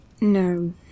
No